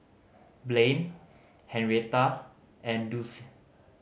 Blaine Henrietta and Dulcie